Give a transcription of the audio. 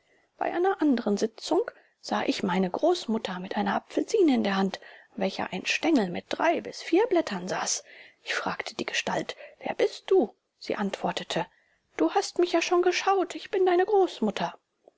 bei einer anderen sitzung zung sah ich meine großmutter mit einer apfelsine in der hand an welcher ein stengel mit drei bis vier blättern saß ich fragte die gestalt wer bist du sie antwortete du hast mich ja schon geschaut ich bin deine großmutter